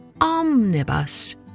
omnibus